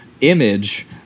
image